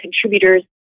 contributors